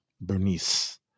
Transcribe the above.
Bernice